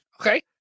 Okay